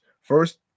First